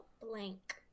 blank